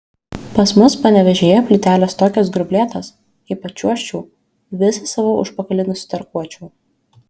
pas mus panevėžyje plytelės tokios grublėtos jei pačiuožčiau visą savo užpakalį nusitarkuočiau